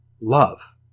love